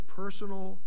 personal